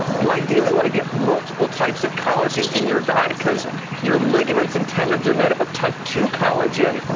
you ideally want to get multiple types of collagen in your diet, because your ligaments and tendons are made up of type two collagen,